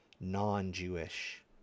non-Jewish